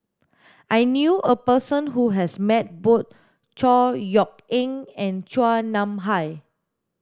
I knew a person who has met both Chor Yeok Eng and Chua Nam Hai